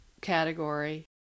category